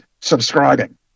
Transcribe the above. subscribing